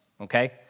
okay